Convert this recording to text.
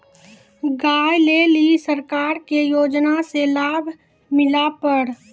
गाय ले ली सरकार के योजना से लाभ मिला पर?